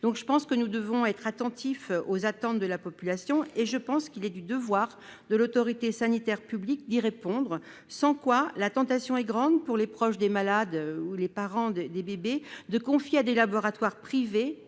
désemparés. Nous devons être attentifs aux attentes de la population. Il est du devoir de l'autorité sanitaire publique d'y répondre, faute de quoi la tentation sera grande, pour les proches des malades ou les parents des bébés, de confier à des laboratoires privés